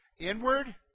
Inward